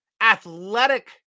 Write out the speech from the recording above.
athletic